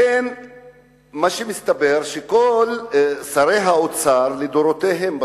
לכן מסתבר שכל שרי האוצר לדורותיהם,